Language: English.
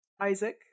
Isaac